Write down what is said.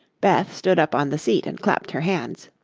beth stood up on the seat and clapped her hands.